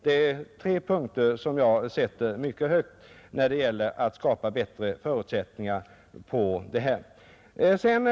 Dessa tre områden anser jag vara mycket viktiga när det gäller att skapa förutsättningar för dessa kommuner att fungera.